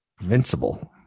invincible